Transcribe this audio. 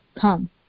come